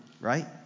right